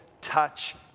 touch